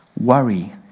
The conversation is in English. worry